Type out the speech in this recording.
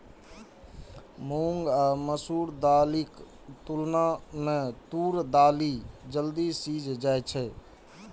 मूंग आ मसूर दालिक तुलना मे तूर दालि जल्दी सीझ जाइ छै